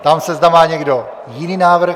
Ptám se, zda má někdo jiný návrh?